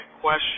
question